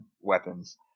weapons